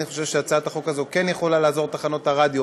אני חושב שהצעת החוק הזאת כן יכולה לעזור לתחנות הרדיו